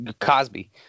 Cosby